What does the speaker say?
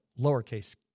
lowercase